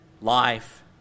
life